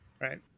right